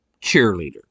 cheerleader